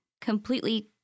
completely